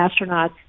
astronauts